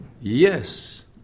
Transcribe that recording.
Yes